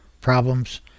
problems